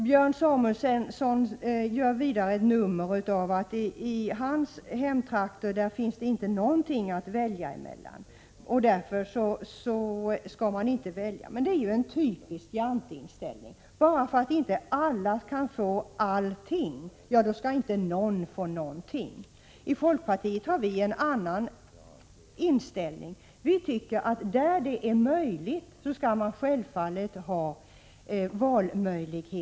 Björn Samuelson gjorde vidare ett nummer av att det i hans hemtrakter inte finns någonting att välja emellan. Därför skall inte heller andra kunna välja. Det är en typisk Jante-inställning: Bara för att inte alla kan få allt skall inte någon få något. Vi i folkpartiet har en annan inställning. Vi tycker att där det är möjligt skall man självfallet ha valmöjligheter.